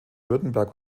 württemberg